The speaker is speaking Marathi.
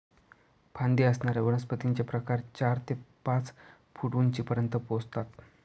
फांदी असणाऱ्या वनस्पतींचे प्रकार चार ते पाच फूट उंचीपर्यंत पोहोचतात